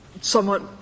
somewhat